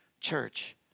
church